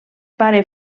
pare